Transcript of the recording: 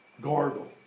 gargle